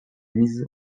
mise